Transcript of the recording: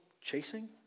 chasing